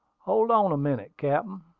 hold on a minute, captain,